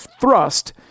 thrust